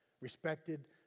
respected